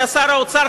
כשהיה שר האוצר,